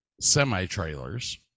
semi-trailers